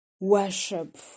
worship